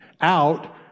out